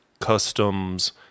customs